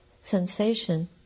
sensation